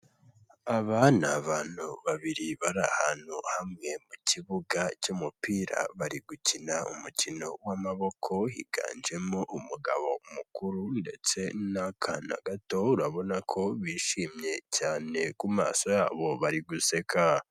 Aba ni abantu babiri bari ahantu hamwe mu kibuga cy'umupira bari gukina umukino w'amaboko higanjemo umugabo mukuru ndetse n'akana gato urabona ko bishimye cyane ku maso yabo bari guseka.